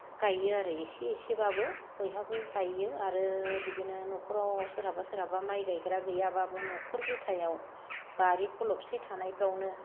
गायो आरो इसे इसेबाबो बयहाबो गायो आरो बिदिनो न'खराव सोरहाबा सोरहाबा माइ गायग्रा गैयाबाबो न'खर बिथायाव बारि खलबसे थानायफ्रावनो